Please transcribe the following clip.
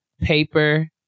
paper